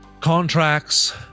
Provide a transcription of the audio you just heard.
contracts